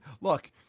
look